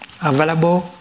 available